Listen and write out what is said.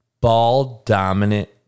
ball-dominant